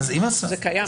זה קיים.